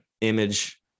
image